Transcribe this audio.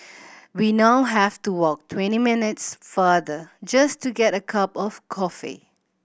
we now have to walk twenty minutes farther just to get a cup of coffee